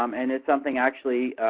um and it's something, actually,